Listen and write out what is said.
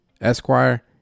Esquire